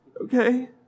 Okay